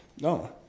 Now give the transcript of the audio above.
No